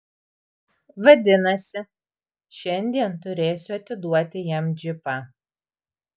vadinasi šiandien turėsiu atiduoti jam džipą